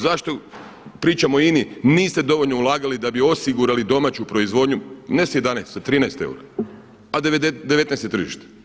Zašto pričamo o INA-i niste dovoljno ulagali da bi osigurali domaću proizvodnju ne sa 11 sa 13 eura, a 19 je tržište.